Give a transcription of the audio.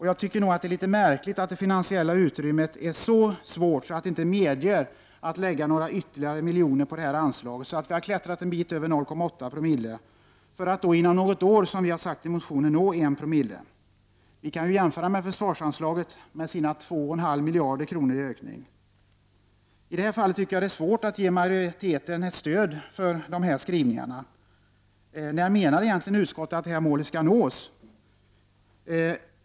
Jag tycker att det är litet märkligt att det finansiella utrymmet är så svårt 119 att det inte medger att lägga ytterligare några miljoner på det här anslaget, så att det kunnat klättra en bit över 0,8 Zo, för att inom något år, som vi har sagt i motionen, nå 19. Vi kan ju jämföra med försvarsanslaget, som ökar med 2,2 miljarder. I det här fallet tycker jag att det är svårt att ge majoriteten stöd för skrivningarna. När menar egentligen utskottet att målet skall nås?